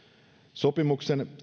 sopimuksen